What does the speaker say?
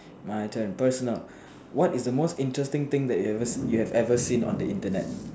my turn personal what is the most interesting thing you have ever seen on the Internet